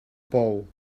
pou